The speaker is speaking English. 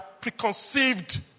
preconceived